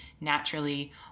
naturally